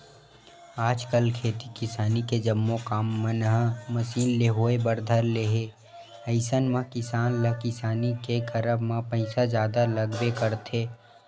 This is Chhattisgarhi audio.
आजकल खेती किसानी के जम्मो काम मन ह मसीन ले होय बर धर ले हे अइसन म किसान ल किसानी के करब म पइसा जादा लगबे करथे